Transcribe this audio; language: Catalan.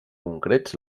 concrets